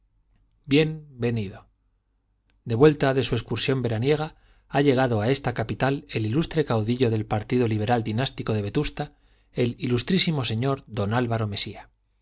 bien venido de vuelta de su excursión veraniega ha llegado a esta capital el ilustre caudillo del partido liberal dinástico de vetusta el ilmo sr d álvaro mesía